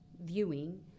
viewing